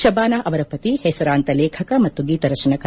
ಶಬಾನಾ ಅವರ ಪತಿ ಹೆಸರಾಂತ ಲೇಖಕ ಮತ್ತು ಗೀತರಚನಾಕಾರ